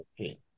okay